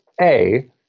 A-